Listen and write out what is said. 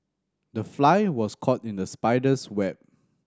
the fly was caught in the spider's web